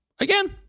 Again